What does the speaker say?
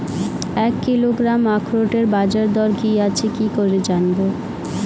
এক কিলোগ্রাম আখরোটের বাজারদর কি আছে কি করে জানবো?